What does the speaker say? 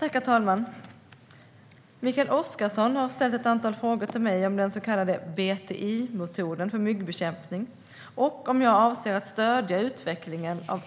Herr talman! Mikael Oscarsson har ställt ett antal frågor till mig om den så kallade BTI-metoden för myggbekämpning och om jag avser att stödja utvecklingen av